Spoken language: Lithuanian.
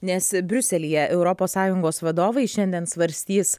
nes briuselyje europos sąjungos vadovai šiandien svarstys